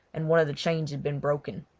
and one of the chains had been broken.